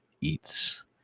eats